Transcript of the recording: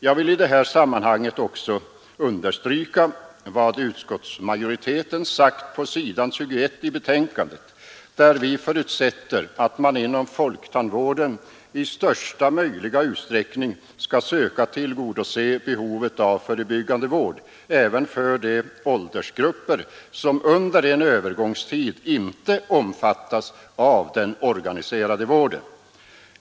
Jag vill i det här sammanhanget också understryka vad utskottsmajoriteten säger på s. 21 i betänkandet, där vi förutsätter att man inom folktandvården i största möjliga utsträckning skall söka tillgodose behovet av förebyggande vård även för de åldersgrupper som under en övergångstid inte omfattas av den organiserade vården.